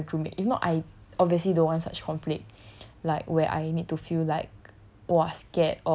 like I take her in as my group mate if not I obviously don't want such conflict like where I need to feel like